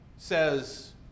says